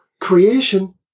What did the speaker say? creation